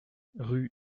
rue